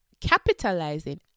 capitalizing